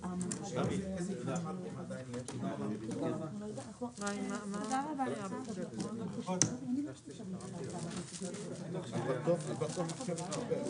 10:36.